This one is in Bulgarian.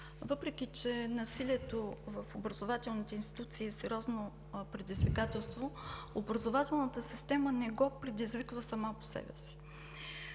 Въпреки че насилието в образователните институции е сериозно предизвикателство, образователната система не го предизвиква сама по себе си.